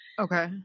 okay